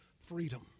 freedom